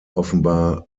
offenbar